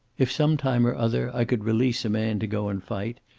if, some time or other, i could release a man to go and fight,